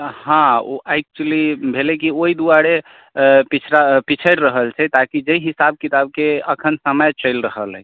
हँ ओ एक्चुअली भेलै कि ओहि दुआरे पिछड़ा पिछड़ि रहल छै ताकि जाहि हिसाब किताबके एखन समय चलि रहल अइ